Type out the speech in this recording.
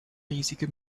riesige